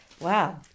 Wow